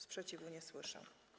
Sprzeciwu nie słyszę.